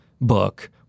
book